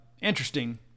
interesting